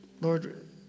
Lord